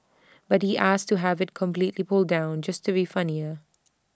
but he asked to have IT completely pulled down just to be funnier